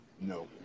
no